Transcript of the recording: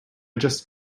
just